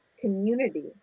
community